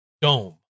dome